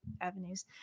avenues